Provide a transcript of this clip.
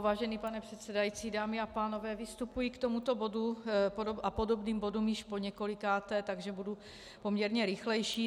Vážený pane předsedající, dámy a pánové, vystupuji k tomuto bodu a podobným bodům již poněkolikáté, takže budu poměrně rychlejší.